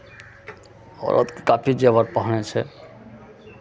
औरत तऽ काफी जेवर पहिनै छै